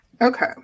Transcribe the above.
Okay